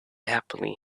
happily